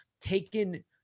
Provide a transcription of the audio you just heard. taken